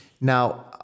Now